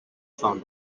phone